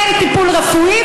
אין טיפול רפואי.